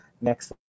Next